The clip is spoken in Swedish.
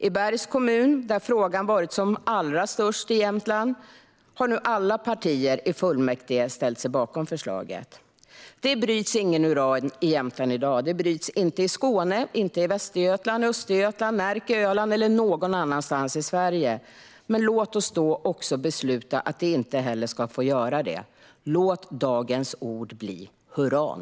I Bergs kommun, där frågan varit som allra störst i Jämtland, har nu alla partier i fullmäktige ställt sig bakom förslaget. Det bryts inget uran i Jämtland i dag, och inte i Skåne, Västergötland, Östergötland, Närke, Öland eller någon annanstans i Sverige. Låt oss besluta att det heller inte ska få göra det. Låt dagens ord bli "huran".